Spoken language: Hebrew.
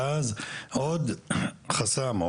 ואז יש עוד חסם,